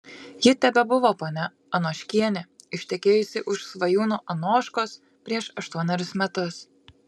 ji tebebuvo ponia anoškienė ištekėjusi už svajūno anoškos prieš aštuonerius metus